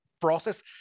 process